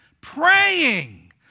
praying